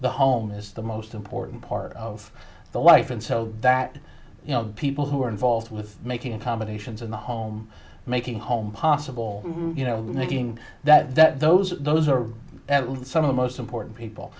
the home is the most important part of the life and so that you know the people who are involved with making accommodations in the home making home possible you know making that that those those are some of the most important people